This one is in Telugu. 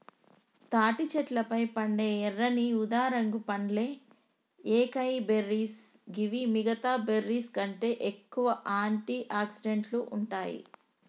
తాటి చెట్లపై పండే ఎర్రని ఊదారంగు పండ్లే ఏకైబెర్రీస్ గివి మిగితా బెర్రీస్కంటే ఎక్కువగా ఆంటి ఆక్సిడెంట్లు ఉంటాయి